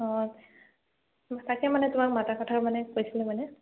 অঁ তাকে মানে তোমাক মতাৰ কথা কৈছে মানে